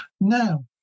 now